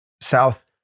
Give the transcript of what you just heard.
south